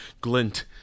glint